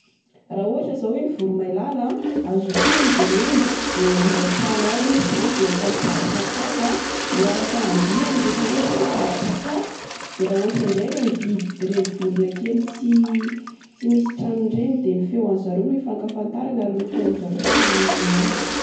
Raha ohatra zao hoe ny voromailala a, azo ompina izy ireny. De miray trano ao izy zany, de mifampizara sakafo a. Miaraka andiany rehefa ohatra hoe hitady sakafo. Dia raha ohatra indray ireny biby- ireny vorona kely tsy-tsy misy tranony ireny dia ny feon'zareo no ifakafatarany ary ny feony zareo samy manana ny azy.